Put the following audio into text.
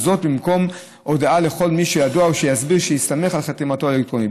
וזאת במקום הודעה לכל מי שידוע או שסביר שיסתמך על חתימתו האלקטרונית.